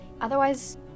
Otherwise